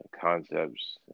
concepts